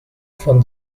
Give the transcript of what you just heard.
from